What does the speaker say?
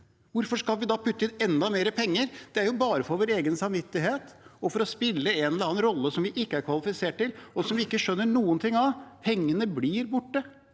Hvorfor skal vi da putte inn enda mer penger? Det er jo bare for vår egen samvittighet og for å spille en eller annen rolle som vi ikke er kvalifisert til, og som vi ikke skjønner noen ting av. Pengene blir borte.